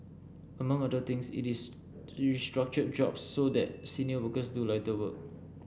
among other things it is restructured jobs so that senior workers do lighter work